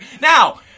Now